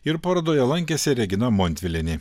ir parodoje lankėsi regina montvilienė